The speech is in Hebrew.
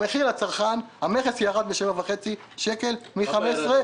אני מודיע לכם שהמכס ירד ב-7.5 שקלים מ-15 שקלים.